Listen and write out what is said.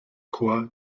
chor